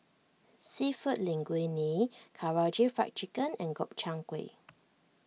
Seafood Linguine Karaage Fried Chicken and Gobchang Gui